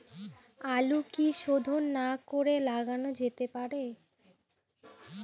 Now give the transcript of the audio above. আলু কি শোধন না করে লাগানো যেতে পারে?